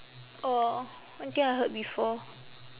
orh I think I heard before